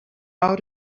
how